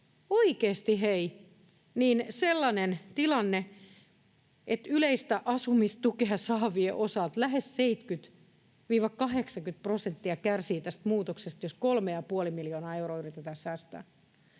oikeasti hei, sellainen tilanne, että yleistä asumistukea saavien osalta lähes 70—80 prosenttia kärsii tästä muutoksesta, jossa 3,5 miljoonaa euroa yritetään säästää.